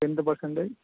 tenth percentage